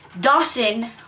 Dawson